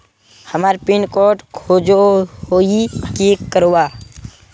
हमार pin code खोजोही की करवार?